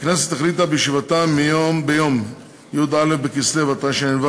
הכנסת החליטה בישיבתה ביום י"א בכסלו התשע"ו,